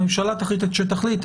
הממשלה תחליט את שתחליט,